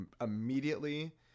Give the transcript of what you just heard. immediately